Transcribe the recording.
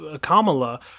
Kamala